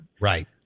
Right